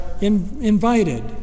invited